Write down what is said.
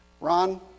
Ron